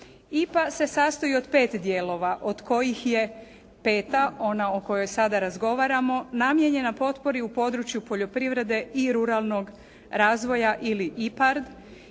IPA se sastoji od pet dijelova od kojih je peta ona o kojoj sada razgovaramo, namijenjena potpori u području poljoprivrede i ruralnog razvoja ili IPARD